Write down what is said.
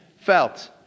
felt